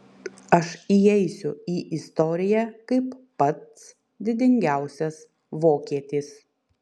aš įeisiu į istoriją kaip pats didingiausias vokietis